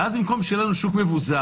ואז במקום שיהיה לנו שוק מבוזר,